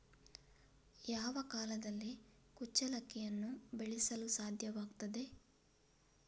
ಯಾವ ಕಾಲದಲ್ಲಿ ಕುಚ್ಚಲಕ್ಕಿಯನ್ನು ಬೆಳೆಸಲು ಸಾಧ್ಯವಾಗ್ತದೆ?